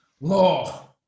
law